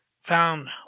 found